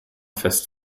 fest